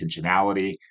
intentionality